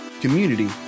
community